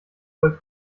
voll